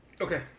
Okay